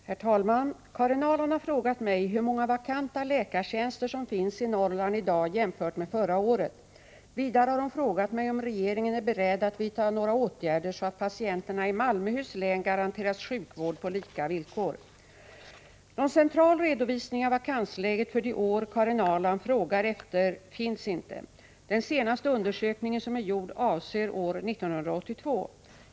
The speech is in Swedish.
Herr talman! Karin Ahrland har frågat mig hur många vakanta läkartjänster som finns i Norrland i dag jämfört med förra året. Vidare har hon frågat mig om regeringen är beredd att vidta några åtgärder så att patienterna i Malmöhus län garanteras sjukvård på lika villkor. Någon central redovisning av vakansläget för de år Karin Ahrland frågar efter finns inte. Den senaste undersökningen som är gjord avser år 1982.